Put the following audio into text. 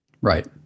Right